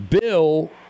Bill